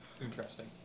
Interesting